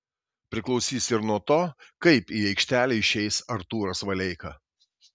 priklausys ir nuo to kaip į aikštelę išeis artūras valeika